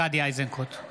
(קורא בשמות חברי הכנסת) גדי איזנקוט,